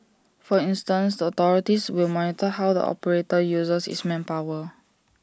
for instance the authorities will monitor how the operator uses its manpower